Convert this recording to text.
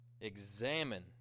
examine